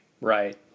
Right